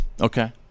Okay